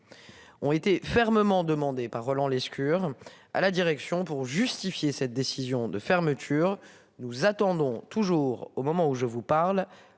ont été fermement demandé par Roland Lescure à la direction pour justifier cette décision de fermeture. Nous attendons toujours au moment où je vous parle.